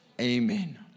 Amen